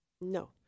No